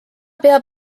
peab